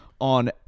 on